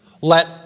let